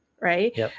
right